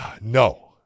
No